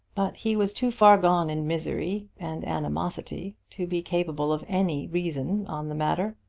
but he was too far gone in misery and animosity to be capable of any reason on the matter.